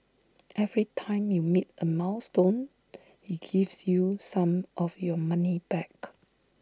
every time you meet A milestone he gives you some of your money back